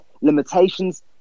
limitations